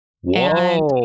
Whoa